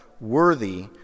worthy